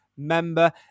member